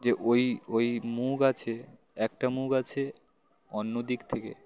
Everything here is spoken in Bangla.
যে ওই ওই মুখ আছে একটা মুখ আছে অন্য দিক থেকে